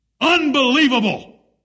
Unbelievable